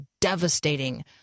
devastating